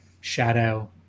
shadow